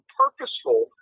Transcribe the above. purposeful